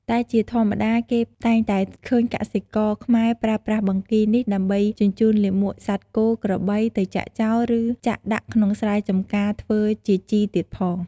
តែជាធម្មតា គេតែងតែឃើញកសិករខ្មែរប្រើប្រាស់បង្គីនេះដើម្បីជញ្ចូនលាមកសត្វគោ ក្របី ទៅចាក់ចោល ឬចាក់ដាក់ក្នុងស្រែចម្ការធ្វើជាជីទៀតផង។